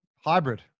hybrid